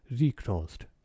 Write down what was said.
recrossed